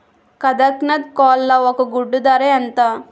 కదక్నత్ కోళ్ల ఒక గుడ్డు ధర ఎంత?